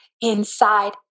inside